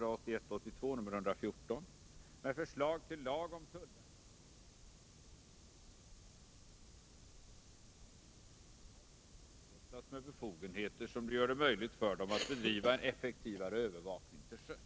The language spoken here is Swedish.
Regeringen har i en nyligen avlämnad proposition med förslag till lag om tullverkets medverkan vid polisiär övervakning föreslagit att tullverkets kustbevakning skall utrustas med befogenheter som gör det möjligt för den att bedriva en effektivare övervakning till sjöss.